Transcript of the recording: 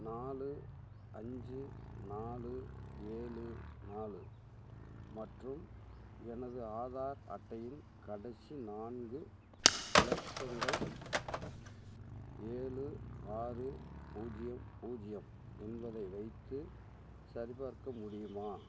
நாலு அஞ்சு நாலு ஏழு நாலு மற்றும் எனது ஆதார் அட்டையின் கடைசி நான்கு இலக்கங்கள் ஏழு ஆறு பூஜ்ஜியம் பூஜ்ஜியம் என்பதை வைத்து சரிபார்க்க முடியுமா